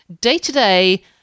day-to-day